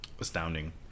Astounding